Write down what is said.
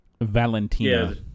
Valentina